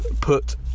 Put